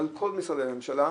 בכל משרדי הממשלה,